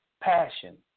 passion